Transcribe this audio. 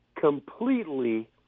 completely